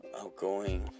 Outgoing